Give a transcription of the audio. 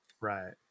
right